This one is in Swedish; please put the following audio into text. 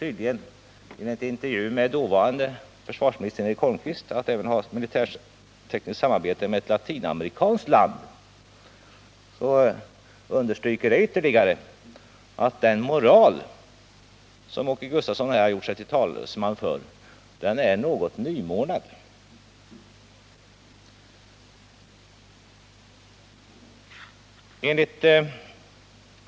Enligt en intervju med dåvarande försvarsministern Eric Holmqvist kunde man då även tänka sig ett militärtekniskt samarbete med ett latinamerikanskt land, vilket ytterligare understryker att den moral som Åke Gustavsson här gjort sig till talesman för är något nymornad.